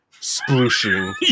splooshing